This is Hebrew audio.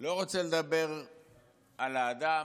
לא רוצה לדבר על האדם,